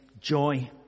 joy